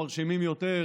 חלק מרשימים יותר,